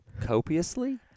copiously